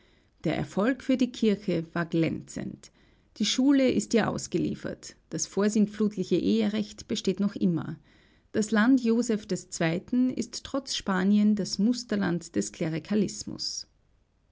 der erfolg für die kirche war glänzend die schule ist ihr ausgeliefert das vorsintflutliche eherecht besteht noch immer das land joseph ii ist trotz spanien das musterland des